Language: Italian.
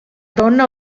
donna